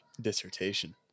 dissertation